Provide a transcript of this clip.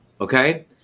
okay